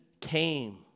came